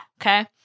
Okay